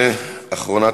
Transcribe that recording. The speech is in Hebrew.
אחרונת